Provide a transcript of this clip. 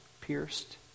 pierced